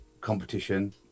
competition